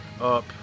up